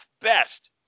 best